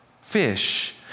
fish